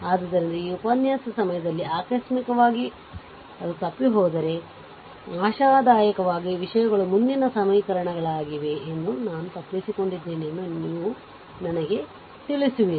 ಆದ್ದರಿಂದ ಈ ಉಪನ್ಯಾಸದ ಸಮಯದಲ್ಲಿ ಆಕಸ್ಮಿಕವಾಗಿ ಅದು ತಪ್ಪಿಹೋದರೆ ಆಶಾದಾಯಕವಾಗಿ ವಿಷಯಗಳು ಮುಂದಿನ ಸಮೀಕರಣಗಳಾಗಿವೆ ಎಂದು ನಾನು ತಪ್ಪಿಸಿಕೊಂಡಿದ್ದೇನೆ ಎಂದು ನೀವು ನನಗೆ ತಿಳಿಸುವಿರಿ